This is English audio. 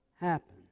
happen